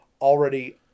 already